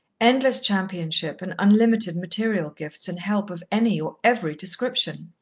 endless championship, and unlimited material gifts and help of any or every description.